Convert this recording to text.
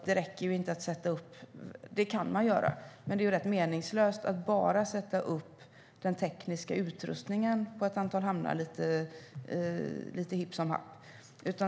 Det är rätt meningslöst att bara sätta upp den tekniska utrustningen i ett antal hamnar lite hipp som happ.